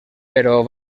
però